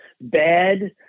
bad